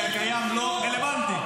כי הקיים לא רלוונטי.